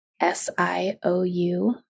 s-i-o-u